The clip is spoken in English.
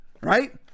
right